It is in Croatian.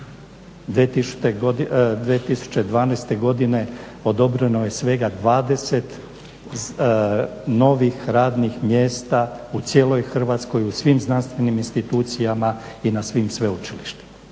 2012.godine odobreno je svega 20 novih radnih mjesta u cijeloj Hrvatskoj, u svim znanstvenim institucijama i na svim sveučilištima.